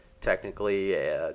technically